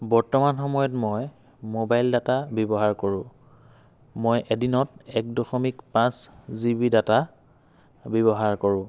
বৰ্তমান সময়ত মই ম'বাইল ডাটা ব্যৱহাৰ কৰোঁ মই এদিনত এক দশমিক পাঁচ জি বি ডাটা ব্যৱহাৰ কৰোঁ